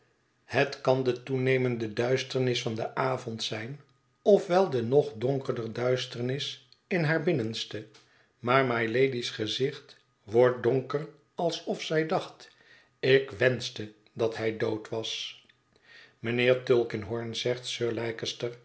het kan de toenemende duisternis van den avond zijn of wel de nog donkerder duisternis in haar binnenste maar mylady's gezicht wordt donker alsof zij dacht ik wenschte dat hij dood was mijnheer tulkinghorn zegt sir